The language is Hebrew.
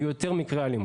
יהיו יותר מקרי אלימות.